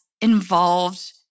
involved